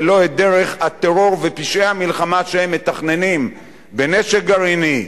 ולא את דרך הטרור ופשעי המלחמה שהם מתכננים בנשק גרעיני,